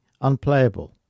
unplayable